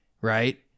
right